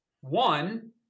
One